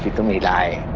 to me like